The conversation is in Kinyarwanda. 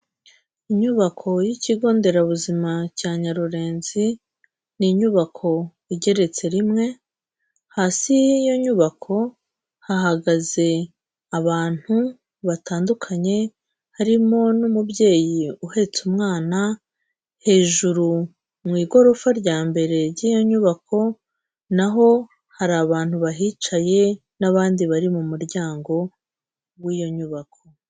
Inyubako y'ikigo nderabuzima cya Nyarurenzi ni inyubako igeretse rimwe, hasi y'iyo nyubako hahagaze abantu batandukanye, harimo n'umubyeyi uhetse umwana, hejuru mu igorofa rya mbere ry'iyo nyubako naho hari abantu bahicaye n'abandi bari mu muryango w'iyo nyubako.